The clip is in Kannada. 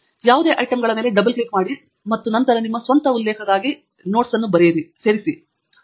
ನೀವು ಯಾವುದೇ ಐಟಂಗಳ ಮೇಲೆ ಡಬಲ್ ಕ್ಲಿಕ್ ಮಾಡಿ ಮತ್ತು ನಂತರ ನಿಮ್ಮ ಸ್ವಂತ ಉಲ್ಲೇಖಕ್ಕಾಗಿ ಟಿಪ್ಪಣಿಗಳನ್ನು ಸೇರಿಸಬಹುದು